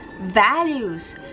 values